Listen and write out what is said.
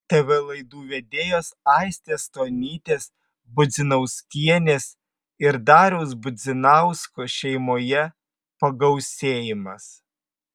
tv laidų vedėjos aistės stonytės budzinauskienės ir dariaus budzinausko šeimoje pagausėjimas